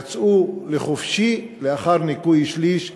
הם יצאו לחופשי לאחר ניכוי שליש,